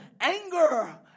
anger